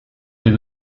des